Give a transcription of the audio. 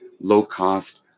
low-cost